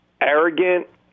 arrogant